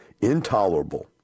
intolerable